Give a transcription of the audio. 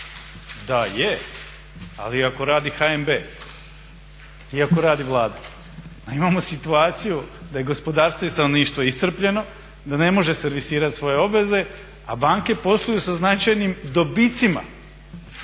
Da je, ali ako radi HNB i ako radi Vlada. A imamo situaciju da je i gospodarstvo i stanovništvo iscrpljeno, da ne može servisirati svoje obveze, a banke posluju sa značajnim dobicima.